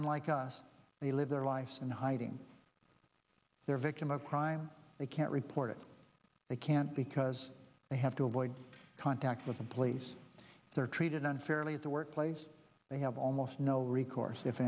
unlike us they live their life in hiding their victim of crime they can't report it they can't because they have to avoid contact with the place they're treated unfairly at the workplace they have almost no recourse if